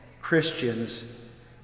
Christians